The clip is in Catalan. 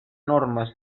normes